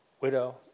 widow